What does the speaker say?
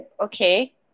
Okay